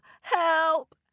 help